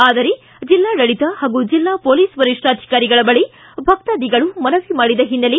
ಆದರೆ ಬಲ್ಲಾಡಳತ ಹಾಗೂ ಜಿಲ್ಲಾ ಪೊಲೀಸ್ ವರಿಷ್ಠಾಧಿಕಾರಿಗಳ ಬಳಿ ಭಕ್ತಾದಿಗಳು ಮನವಿ ಮಾಡಿದ ಹಿನ್ನೆಲೆ